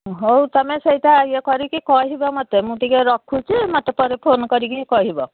ହଉ ତୁମେ ସେଇଟା ଇଏ କରିକି କହିବ ମୋତେ ମୁଁ ଟିକେ ରଖୁଛି ମୋତେ ପରେ ଫୋନ୍ କରିକି କହିବ